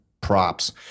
props